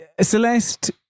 Celeste